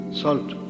salt